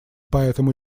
поэтому